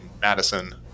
Madison